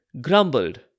grumbled